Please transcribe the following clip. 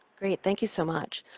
great. thank you so much.